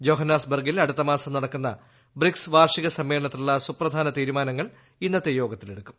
Johannes ബർഗ്ഗിൽ അടുത്ത മാസം നടക്കുന്ന ബ്രിക്സ് വാർഷിക സമ്മേളനത്തിനുളള സുപ്രധാന തീരുമാനങ്ങൾ ഇന്നത്തെ യോഗത്തിൽ എടുക്കും